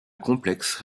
complexe